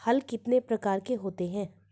हल कितने प्रकार के होते हैं?